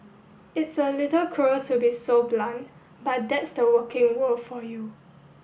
it's a little cruel to be so blunt but that's the working world for you